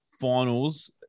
finals